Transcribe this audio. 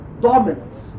dominance